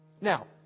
Now